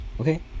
Okay